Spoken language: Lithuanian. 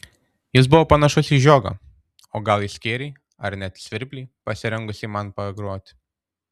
jis buvo panašus į žiogą o gal į skėrį ar net į svirplį pasirengusį man pagroti